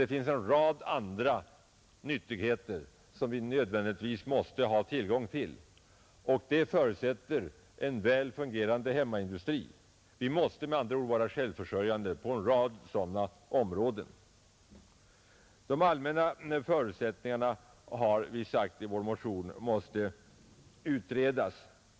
Det finns även en rad andra nyttigheter som vi nödvändigtvis måste ha tillgång till. Detta förutsätter en väl fungerande hemmaindustri. Vi måste med andra ord vara självförsörjande på en rad områden. De allmänna förutsättningarna måste utredas, har vi sagt i vår motion.